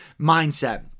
mindset